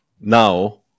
Now